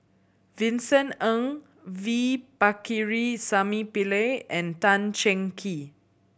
Vincent Ng V Pakirisamy Pillai and Tan Cheng Kee